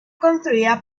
construida